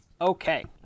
Okay